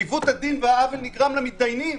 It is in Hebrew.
עיוות הדין והעוול נגרם למידיינים.